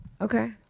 Okay